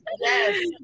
Yes